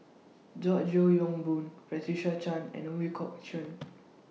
George Yeo Yong Boon Patricia Chan and Ooi Kok Chuen